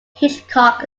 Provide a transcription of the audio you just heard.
hitchcock